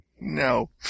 No